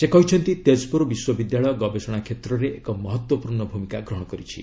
ସେ କହିଛନ୍ତି ତେକ୍ପୁର ବିଶ୍ୱବିଦ୍ୟାଳୟ ଗବେଷଣା କ୍ଷେତ୍ରରେ ଏକ ମହତ୍ତ୍ୱପୂର୍ଷ୍ଣ ଭୂମିକା ଗ୍ରହଣ କରିଛି